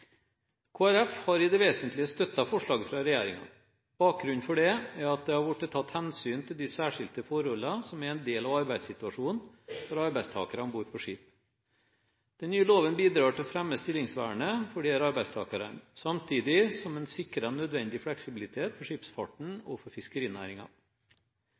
Folkeparti har i det vesentlige støttet forslaget fra regjeringen. Bakgrunnen for det er at det har blitt tatt hensyn til de særskilte forholdene som er en del av arbeidssituasjonen for arbeidstakere om bord på skip. Den nye loven bidrar til å fremme stillingsvernet for disse arbeidstakerne, samtidig som en sikrer nødvendig fleksibilitet for